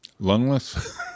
Lungless